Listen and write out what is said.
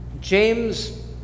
James